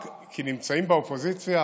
רק כי נמצאים באופוזיציה